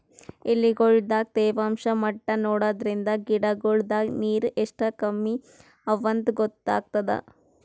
ಎಲಿಗೊಳ್ ದಾಗ ತೇವಾಂಷ್ ಮಟ್ಟಾ ನೋಡದ್ರಿನ್ದ ಗಿಡಗೋಳ್ ದಾಗ ನೀರ್ ಎಷ್ಟ್ ಕಮ್ಮಿ ಅವಾಂತ್ ಗೊತ್ತಾಗ್ತದ